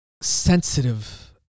sensitive